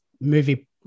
movie